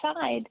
side